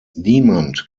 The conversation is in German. niemand